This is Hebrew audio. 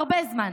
הרבה זמן.